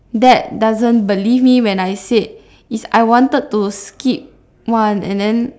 dad doesn't believe me when I said it's I wanted to skip one and then